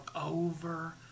over